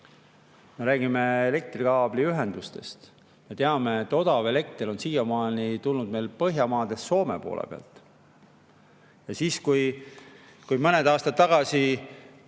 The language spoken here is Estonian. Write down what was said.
Me räägime elektrikaabliühendustest. Me teame, et odav elekter on siiamaani tulnud meil Põhjamaadest, Soome poole pealt. Ja siis, kui mõned aastad tagasi